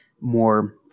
more